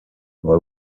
boy